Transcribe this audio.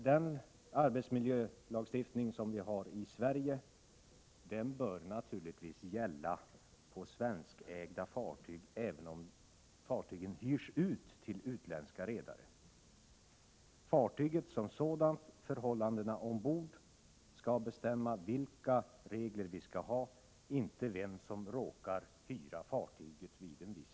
Den arbetsmiljölagstiftning som vi har i Sverige bör naturligtvis gälla på svenskägda fartyg, även om fartyget hyrs ut till utländska redare. Fartyget som sådant och förhållandena ombord skall vara avgörande för vilka regler som bör gälla, inte vem som råkar hyra fartyget vid en viss tidpunkt.